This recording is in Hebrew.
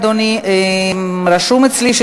כנסת, אין מתנגדים, אין נמנעים.